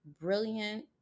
brilliant